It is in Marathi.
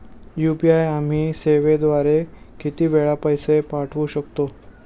यू.पी.आय आम्ही सेवेद्वारे किती वेळा पैसे पाठवू शकतो?